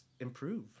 improve